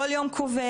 כל יום קובע,